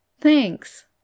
Thanks